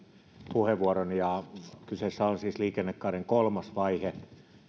puheenvuoron kyseessä on siis liikennekaaren kolmas vaihe